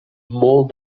molt